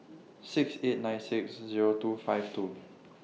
six eight nine six Zero two five two